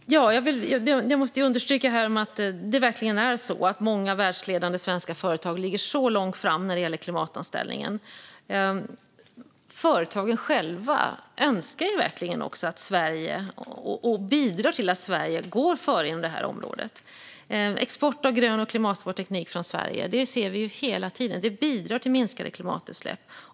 Fru talman! Jag måste understryka att det verkligen är så att många världsledande svenska företag ligger långt fram när det gäller klimatomställningen. Företagen själva önskar verkligen att Sverige går före inom det här området, och de bidrar till det. Export av grön och klimatsmart teknik från Sverige ser vi hela tiden, och det bidrar till minskade klimatutsläpp.